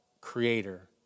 creator